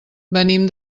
venim